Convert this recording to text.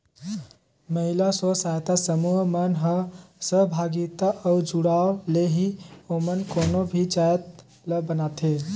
महिला स्व सहायता समूह मन ह सहभागिता अउ जुड़ाव ले ही ओमन कोनो भी जाएत ल बनाथे